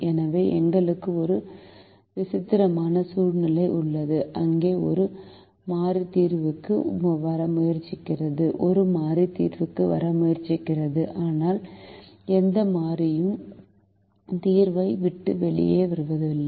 எனவே எங்களுக்கு ஒரு விசித்திரமான சூழ்நிலை உள்ளது அங்கு ஒரு மாறி தீர்வுக்கு வர முயற்சிக்கிறது ஒரு மாறி தீர்வுக்கு வர முயற்சிக்கிறது ஆனால் எந்த மாறியும் தீர்வை விட்டு வெளியேறவில்லை